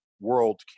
world